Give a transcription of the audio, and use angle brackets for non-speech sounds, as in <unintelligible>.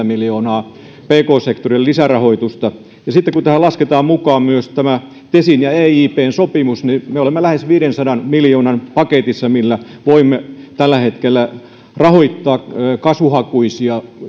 <unintelligible> miljoonaa pk sektorille lisärahoitusta sitten kun tähän lasketaan mukaan myös tämä tesin ja eipn sopimus niin me olemme lähes viidensadan miljoonan paketissa millä voimme tällä hetkellä rahoittaa kasvuhakuisia